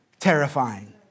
Terrifying